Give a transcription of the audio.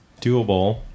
Doable